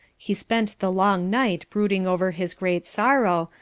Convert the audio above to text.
he spent the long night brooding over his great sorrow,